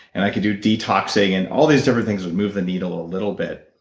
and i could do detoxing, and all these different things would move the needle a little bit.